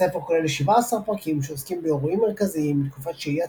הספר כולל 17 פרקים שעוסקים באירועים מרכזיים מתקופת שהיית